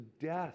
death